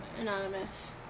Anonymous